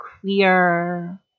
queer